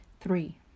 Three